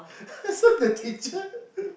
so the teacher